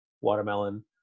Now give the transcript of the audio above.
watermelon